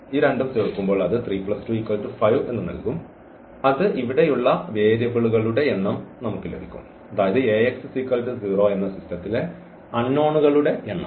ഈ രണ്ടും ചേർക്കുമ്പോൾ അത് 325 നൽകും അത് ഇവിടെയുള്ള വേരിയബിളുകളുടെ എണ്ണം നമുക്ക് ലഭിക്കും അതായത് ലെ അൺനോനു കളുടെ എണ്ണം